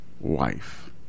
wife